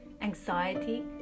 anxiety